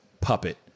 puppet